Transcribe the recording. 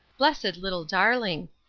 blessed little darling!